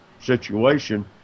situation